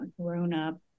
grown-up